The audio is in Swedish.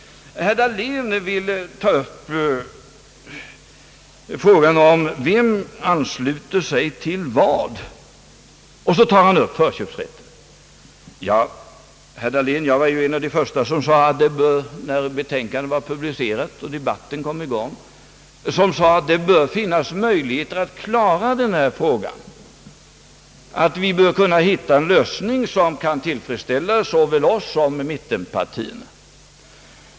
Herr Dahlén vill ta upp frågan om vem som har anslutit sig till vad, och han nämner förköpsrätten. Herr Dahlén, jag var ju en av de första som, när betänkandet var publicerat och debatten kommit i gång, sade att det bör finnas möjligheter att hitta en lösning på denna fråga, som kan tillfredsställa såväl oss som mittenpartierna.